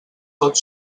tot